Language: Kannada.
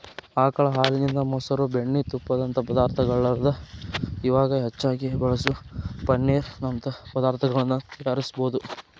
ಆಕಳ ಹಾಲಿನಿಂದ, ಮೊಸರು, ಬೆಣ್ಣಿ, ತುಪ್ಪದಂತ ಪದಾರ್ಥಗಳಲ್ಲದ ಇವಾಗ್ ಹೆಚ್ಚಾಗಿ ಬಳಸೋ ಪನ್ನೇರ್ ನಂತ ಪದಾರ್ತಗಳನ್ನ ತಯಾರಿಸಬೋದು